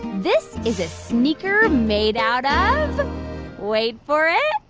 this is a sneaker made out of wait for it